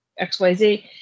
XYZ